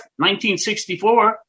1964